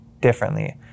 differently